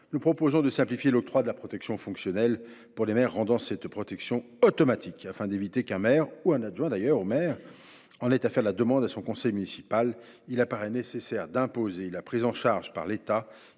nous proposons de simplifier l’octroi de la protection fonctionnelle pour les maires en rendant cette protection automatique afin d’éviter qu’un maire ou un adjoint au maire ait à en faire la demande à son conseil municipal. De surcroît, il paraît nécessaire d’imposer la prise en charge par l’État